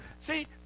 See